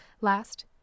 Last